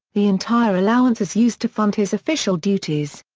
the entire allowance is used to fund his official duties.